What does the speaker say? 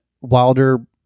Wilder